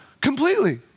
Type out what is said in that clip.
completely